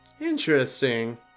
Interesting